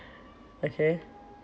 okay